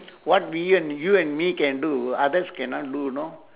what we and you and me can do others cannot do know